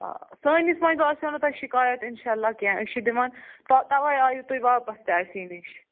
آ سٲنِس منٛز آسیو نہٕ تۄہہِ شِکایت اِنشاء اللہ کیٚنٛہہ أسۍ چھِ دِوان تہ تَوَے آیِو تُہۍ واپس تہِ اَسی نِش